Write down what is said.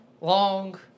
long